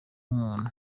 muntu